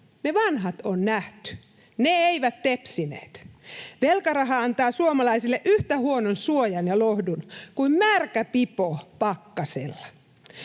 Ne vanhat on nähty, ne eivät tepsineet. Velkaraha antaa suomalaisille yhtä huonon suojan ja lohdun kuin märkä pipo pakkasella.